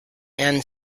and